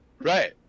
Right